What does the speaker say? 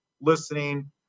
listening